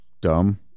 dumb